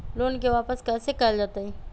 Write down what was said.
Loan के वापस कैसे कैल जतय?